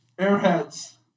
Airheads